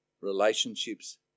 relationships